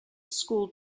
school